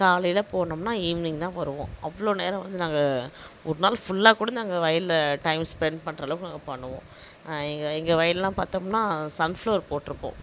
காலையில் போனோம்னா ஈவ்னிங்தான் வருவோம் அவ்வளோ நேரம் வந்து நாங்கள் ஒரு நாள் ஃபுல்லாக கூட நாங்கள் வயலில் டைம் ஸ்பெண்ட் பண்ணுற அளவுக்கு பண்ணுவோம் எங்கள் எங்கள் வயலெலாம் பார்த்தம்னா சன்ஃப்ளவர் போட்டிருப்போம்